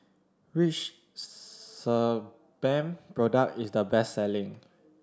which Sebamed product is the best selling